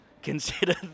consider